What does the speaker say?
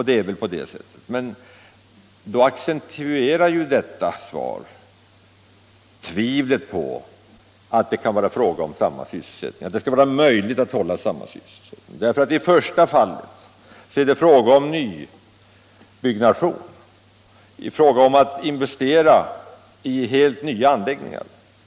Det är väl på det sättet, men då accentuerar ju detta svar tvivlet på att det skall vara möjligt att hålla samma sysselsättning. I första fallet är det fråga om nybyggnation, fråga om att investera i helt nya anläggningar.